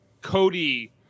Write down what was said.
Cody